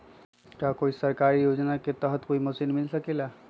का कोई सरकारी योजना के तहत कोई मशीन मिल सकेला?